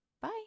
bye